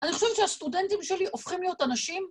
‫אני חושבת שהסטודנטים שלי ‫הופכים להיות אנשים.